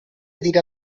dirà